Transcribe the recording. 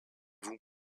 vous